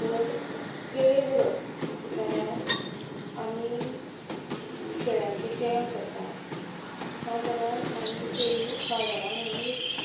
जर केळीं उरत जाल्यार आमी केळ्यांचे जॅम करतात ना जाल्यार आमी केळी बाजारांत व्हरून विकतात